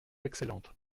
excellentes